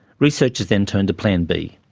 researchers then turned to plan b.